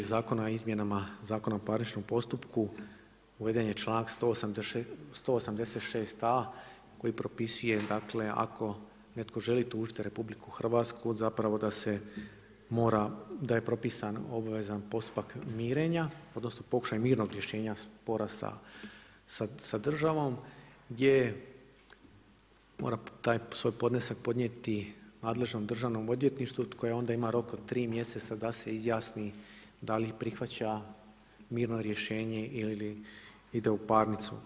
Zakona o izmjenama Zakona o paričnom postupku uveden je članak 186.a koji propisuje dakle ako netko želi tužiti RH da se mora, da je propisan obavezan postupak mirenja, odnosno pokušaj mirnog rješenja spora sa državom gdje mora taj svoj podnesak podnijeti nadležnom državnom odvjetništvu koje onda ima rok od 3 mjeseca da se izjasni da li prihvaća mirno rješenje ili ide u parnicu.